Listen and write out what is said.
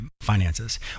finances